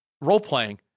role-playing